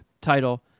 title